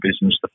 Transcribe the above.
business